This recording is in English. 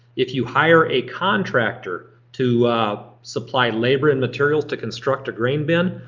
if you hire a contractor to supply labor and materials to construct a grain bin,